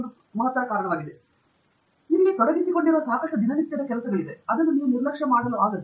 ಮತ್ತು ನಾವು ಸಹ ಗಮನಸೆಳೆದಿದ್ದಾರೆ ಎಂದು ಇಲ್ಲಿ ತೊಡಗಿಸಿಕೊಂಡಿರುವ ಸಾಕಷ್ಟು ದಿನನಿತ್ಯದ ಕೆಲಸ ನೀವು ನೋಟ ಮೇಲೆ ಮಾಡಬಾರದು